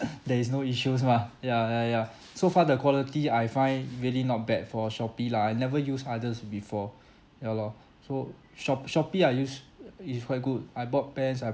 there is no issues mah ya ya yeah so far the quality I find really not bad for Shopee lah I never use others before ya lor so shop Shopee I use uh is quite good I bought pants I